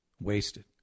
wasted